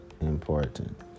important